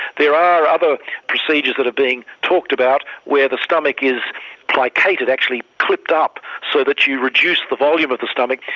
there are other procedures that are being talked about where the stomach is plicated, actually clipped up so that you reduce the volume of the stomach.